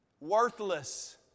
worthless